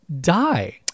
die